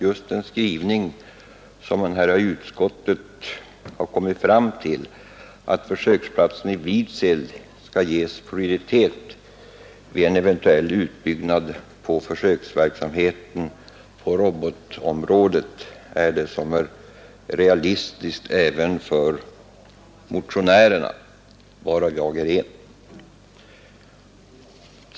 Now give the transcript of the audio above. Just den skrivning som utskottet här har kommit fram till, nämligen att försöksplatsen i Vidsel skall ges prioritet vid en eventuell utbyggnad av försöksverksamheten på robotområdet, är det realistiska även för motionärerna, varav jag är en.